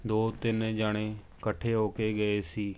ਦੋ ਤਿੰਨ ਜਾਣੇ ਇਕੱਠੇ ਹੋ ਕੇ ਗਏ ਸੀ